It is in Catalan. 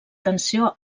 tensió